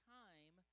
time